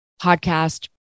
podcast